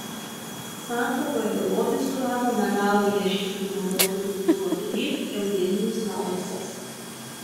santakoje lobį surado metalo ieškiklių naudotojų klubo narys eugenijus laursas